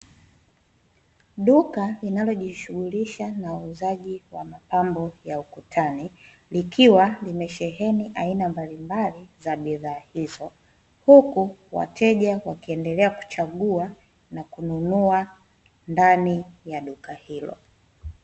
Duka linalojishughulisha na uuzaji wa mapambo ya ukutani, likiwa limesheheni aina mbalimbali za bidhaa hizo huku wateja wakiendelea kuchagua na kununua ndani ya duka hilo.